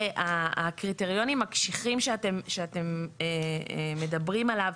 הקריטריונים הקשיחים שאתם מדברים עליו.